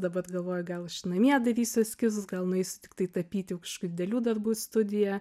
dabar galvoju gal aš namie darysiu eskizus gal nueisiu tiktai tapyti kažkokių didelių darbų į studiją